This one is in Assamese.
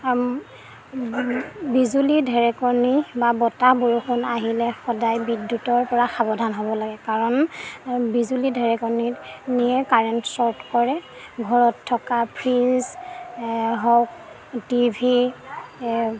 বিজুলী ঢেৰেকনি বা বতাহ বৰষুণ আহিলে সদায় বিদ্যুতৰপৰা সাৱধান হ'ব লাগে কাৰণ সদায় বিজুলি ঢেৰেকনিয়ে কাৰেণ্ট চৰ্ট কৰে ঘৰত থকা ফ্ৰীজ হওক টি ভি